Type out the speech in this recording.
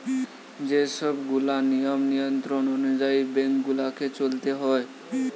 যে সব গুলা নিয়ম নিয়ন্ত্রণ অনুযায়ী বেঙ্ক গুলাকে চলতে হয়